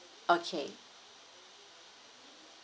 okay